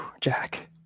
Jack